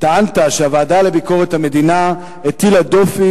טענת שהוועדה לביקורת המדינה הטילה דופי